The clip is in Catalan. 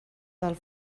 del